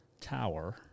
tower